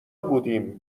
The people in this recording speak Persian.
بودیم